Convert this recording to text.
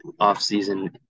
offseason